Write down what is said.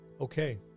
Okay